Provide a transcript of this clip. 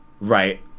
Right